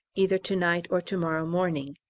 either to-night or to-morrow morning.